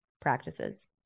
practices